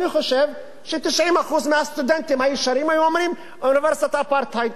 אני חושב ש-90% מהסטודנטים הישרים היו אומרים: אוניברסיטת אפרטהייד.